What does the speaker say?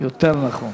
יותר נכון.